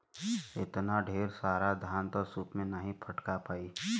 एतना ढेर सारा धान त सूप से नाहीं फटका पाई